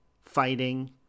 fighting